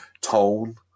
tone